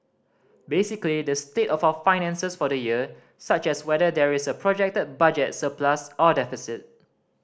basically the state of our finances for the year such as whether there is a projected budget surplus or deficit